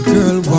Girl